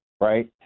right